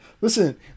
Listen